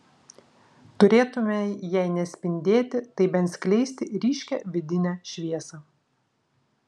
turėtumei jei ne spindėti tai bent skleisti ryškią vidinę šviesą